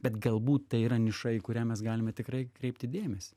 bet galbūt tai yra niša į kurią mes galime tikrai kreipti dėmesį